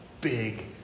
big